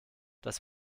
das